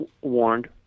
warned